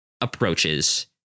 approaches